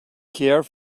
care